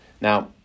Now